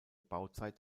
bauzeit